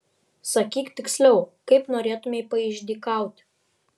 sakyk tiksliau kaip norėtumei paišdykauti